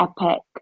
epic